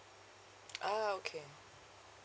ah okay